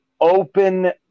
open